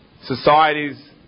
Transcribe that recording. societies